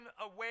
away